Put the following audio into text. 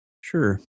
Sure